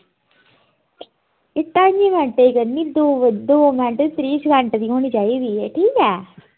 ढाई मिंट दी करनी दौ मिंट ते त्रीह् सैकेंड दी करनी चाहिदी एह् ठीक ऐ